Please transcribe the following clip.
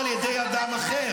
לתומך הטרור הזה?